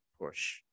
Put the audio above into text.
push